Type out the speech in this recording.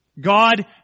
God